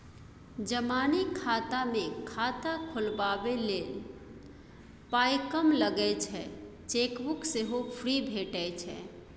जनानी खाता मे खाता खोलबाबै लेल पाइ कम लगै छै चेकबुक सेहो फ्री भेटय छै